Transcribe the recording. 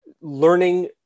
learning